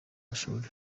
mashuri